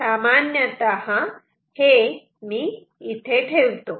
सामान्यतः हे मी इथे ठेवतो